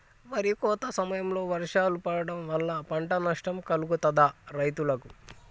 వరి కోత సమయంలో వర్షాలు పడటం వల్ల పంట నష్టం కలుగుతదా రైతులకు?